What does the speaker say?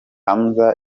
hamaze